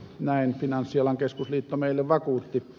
näin finanssialan keskusliitto meille vakuutti